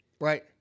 Right